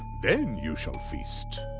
then you shall feast.